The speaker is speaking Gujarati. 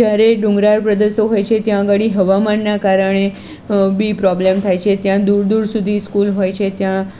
જ્યારે ડુંગરાળ પ્રદેશો હોય છે ત્યાં આગળ હવામાનનાં કારણે બી પ્રોબ્લેમ થાય છે ત્યાં દૂર દૂર સુધી સ્કૂલ હોય છે ત્યાં